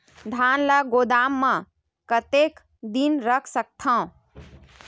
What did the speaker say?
धान ल गोदाम म कतेक दिन रख सकथव?